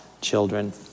children